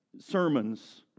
sermons